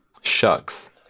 Shucks